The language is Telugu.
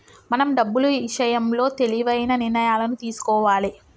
మనం డబ్బులు ఇషయంలో తెలివైన నిర్ణయాలను తీసుకోవాలే